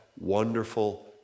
wonderful